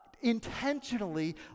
intentionally